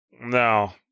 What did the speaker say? No